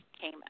came